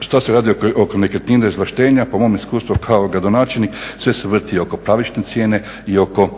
što se radi oko nekretnina, izvlaštenja po mom iskustvu kao gradonačelnik sve se vrti oko pravične cijene i oko